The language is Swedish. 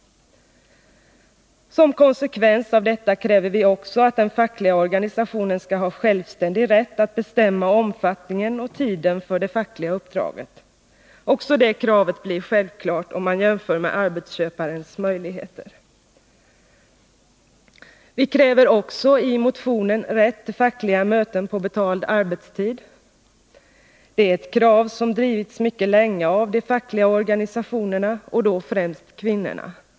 Som konsekvens av detta kräver vi också att den fackliga organisationen skall ha självständig rätt att bestämma omfattningen av och tiden för det fackliga uppdraget. Också det kravet blir självklart om man jämför med arbetsköparens möjligheter. Vi kräver i motionen också rätt till fackliga möten på betald arbetstid. Det är ett krav som drivits mycket länge av de fackliga organisationerna, och då främst av kvinnorna.